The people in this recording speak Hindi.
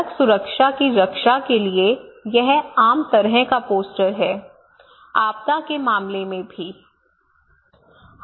सड़क सुरक्षा की रक्षा के लिए यह आम तरह का पोस्टर है आपदा के मामले में भी